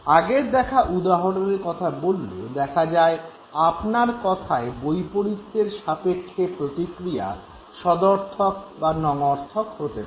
আগের দেখা উদাহরণের কথা বললে দেখা যায় আপনার কথার বৈপরীত্যের সাপেক্ষে প্রতিক্রিয়া সদর্থক বা নঞর্থক হতে পারে